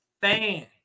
fan